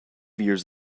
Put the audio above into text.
years